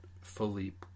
Philippe